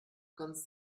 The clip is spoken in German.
kannst